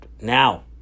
Now